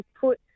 put